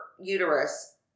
uterus